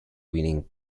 winning